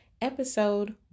Episode